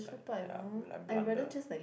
like ya like blunder